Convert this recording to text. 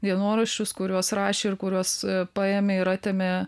dienoraščius kuriuos rašė ir kuriuos paėmė ir atėmė